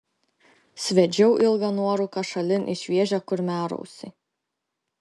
sviedžiau ilgą nuorūką šalin į šviežią kurmiarausį